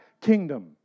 kingdom